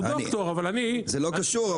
זה לא קשור,